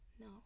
No